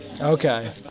Okay